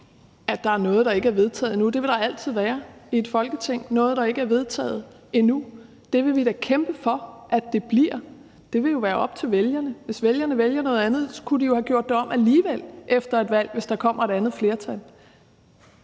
der er noget, der ikke er vedtaget endnu. Det vil der altid være i et Folketing – noget, der ikke er vedtaget endnu. Det vil vi da kæmpe for at det bliver. Det vil jo være op til vælgerne. Hvis vælgerne vælger noget andet, kunne de jo gøre det om alligevel efter et valg, hvis der kommer et andet flertal.